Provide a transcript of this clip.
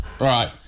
right